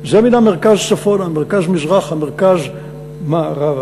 זה מן המרכז צפונה, מרכז מזרחה, מרכז מערבה.